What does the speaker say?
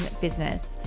business